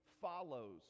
follows